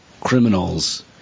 criminals